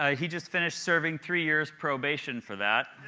ah he just finished serving three years probation for that.